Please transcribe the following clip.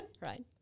Right